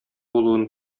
булуын